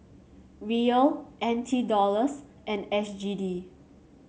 Riyal N T Dollars and S G D